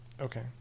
Okay